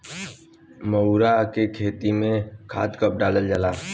मरुआ के खेती में खाद कब डालल जाला?